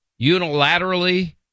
unilaterally